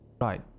right